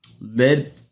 Led